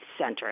center